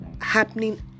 happening